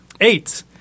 Eight